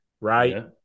right